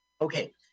Okay